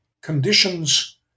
conditions